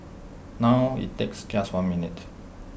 now IT takes just one minute